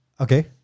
Okay